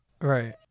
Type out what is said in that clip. Right